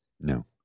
No